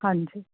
ਹਾਂਜੀ